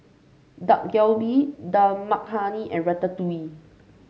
Dak Galbi Dal Makhani and Ratatouille